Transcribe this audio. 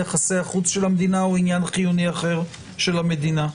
יחסי החוץ של המדינה הוא עניין חיוני אחר של המדינה.